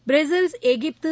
Brussels Egypt